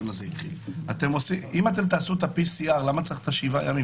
אם תעשו את ה-PCR, למה צריך שבעה ימים?